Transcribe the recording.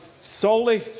solely